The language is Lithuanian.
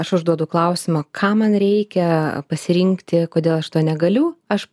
aš užduodu klausimą ką man reikia pasirinkti kodėl aš to negaliu aš